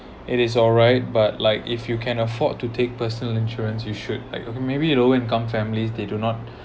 it is all right but like if you can afford to take personal insurance you should like maybe in lower income families they do not